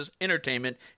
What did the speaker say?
entertainment